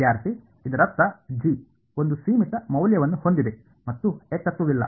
ವಿದ್ಯಾರ್ಥಿ ಇದರರ್ಥ ಜಿ ಒಂದು ಸೀಮಿತ ಮೌಲ್ಯವನ್ನು ಹೊಂದಿದೆ ಮತ್ತು ಏಕತ್ವವಿಲ್ಲ